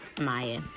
Maya